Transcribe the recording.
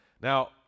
Now